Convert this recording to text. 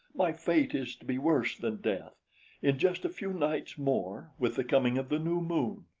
my fate is to be worse than death in just a few nights more, with the coming of the new moon.